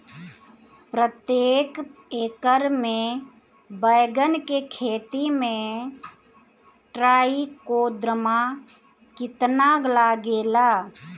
प्रतेक एकर मे बैगन के खेती मे ट्राईकोद्रमा कितना लागेला?